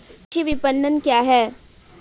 कृषि विपणन क्या है?